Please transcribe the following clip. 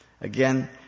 again